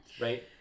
Right